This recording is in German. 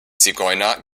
zigeuner